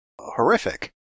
horrific